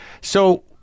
So-